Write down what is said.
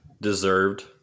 deserved